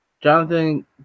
Jonathan